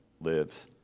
lives